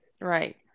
Right